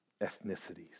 ethnicities